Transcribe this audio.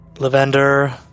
Lavender